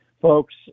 folks